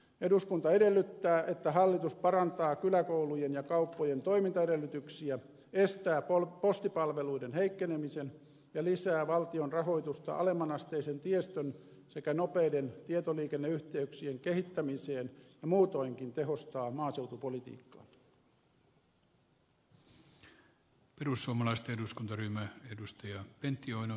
eduskunta edellyttää että hallitus parantaa kyläkoulujen ja kauppojen toimintaedellytyksiä estää postipalveluiden heikkenemisen ja lisää valtion rahoitusta alemman asteisen tiestön sekä nopeiden tietoliikenneyhteyksien kehittämiseen ja muutoinkin tehostaa maaseutupolitiikkaa